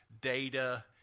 data